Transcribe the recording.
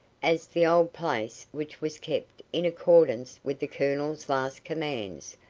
as the old place, which was kept, in accordance with the colonel's last commands,